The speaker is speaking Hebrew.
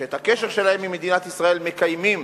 שאת הקשר שלהם עם מדינת ישראל מקיימים